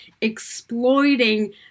exploiting